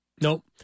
Nope